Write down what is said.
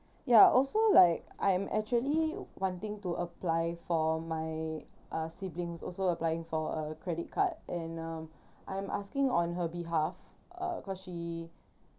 ya also like I am actually wanting to apply for my uh siblings also applying for a credit card and um I'm asking on her behalf uh cause she